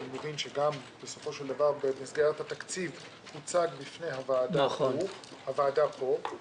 כשאני מבין שבמסגרת התקציב הוא הוצג בפני הוועדה פה.